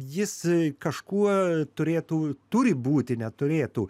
jis kažkuo turėtų turi būti ne turėtų